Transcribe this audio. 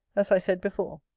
as i said before.